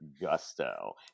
gusto